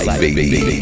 baby